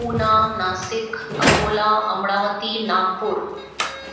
Pune Nashik Akola Amravati Nagpur